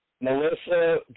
Melissa